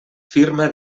firma